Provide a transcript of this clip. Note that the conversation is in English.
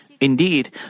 Indeed